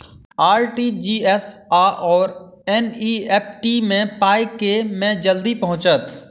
RTGS आओर NEFT मे पाई केँ मे जल्दी पहुँचत?